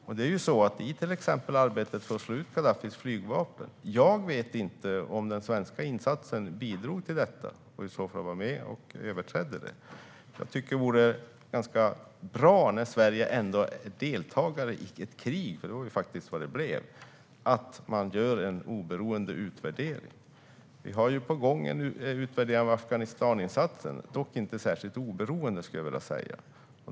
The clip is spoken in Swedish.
När det till exempel gäller arbetet med att slå ut Gaddafis flygvapen vet jag inte om den svenska insatsen bidrog till detta och i så fall var med och överträdde resolutionen. Jag tycker att det vore ganska bra om man kunde göra en oberoende utvärdering när nu Sverige ändå var deltagare i ett krig, för det var faktiskt vad det blev. Vi har en utvärdering av Afghanistaninsatsen på gång. Dock är den inte särskilt oberoende, skulle jag vilja säga.